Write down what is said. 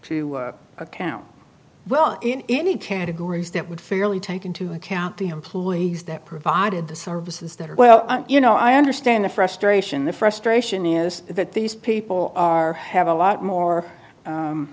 to account well in any categories that would fairly take into account the employees that provided the services that are well you know i understand the frustration the frustration is that these people are have a lot more